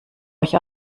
euch